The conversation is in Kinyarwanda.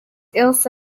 elsa